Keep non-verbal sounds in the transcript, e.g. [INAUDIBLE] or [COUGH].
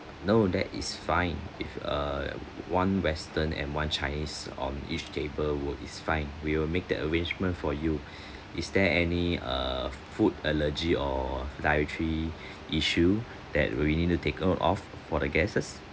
no that is fine if err one western and one chinese on each table would is fine we will make the arrangement for you [BREATH] is there any err food allergy or dietary [BREATH] issue that we need to take note of for the guests